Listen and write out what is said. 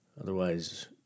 Otherwise